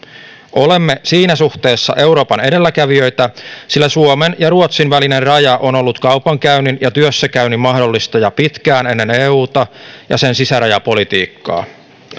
olemme siinä suhteessa euroopan edelläkävijöitä sillä suomen ja ruotsin välinen raja on ollut kaupankäynnin ja työssäkäynnin mahdollistaja pitkään ennen euta ja sen sisärajapolitiikkaa